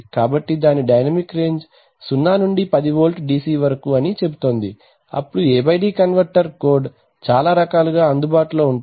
కాబట్టి దాని dynamic range 0 నుండి 10 వోల్ట్ DC వరకు అని చెబుతోంది అప్పుడు AD కన్వర్టర్ కోడ్ చాలా రకాలుగా అందుబాటులో ఉంటాయి